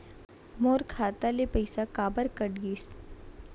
मोर खाता ले पइसा काबर कट गिस?